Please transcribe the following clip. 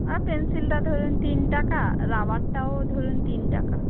আর পেন্সিলটা ধরুন তিন টাকা রাবারটাও ধরুন তিন টাকা